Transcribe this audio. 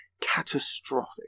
catastrophic